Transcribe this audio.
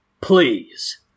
Please